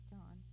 John